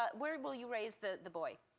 but where will you raise the the boy?